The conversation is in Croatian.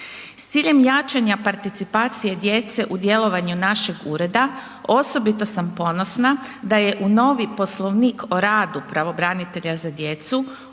S ciljem jačanja participacije djece u djelovanju našeg ureda osobito sam ponosna da je u novi Poslovnik o radu pravobranitelja za djecu